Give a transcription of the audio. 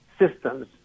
systems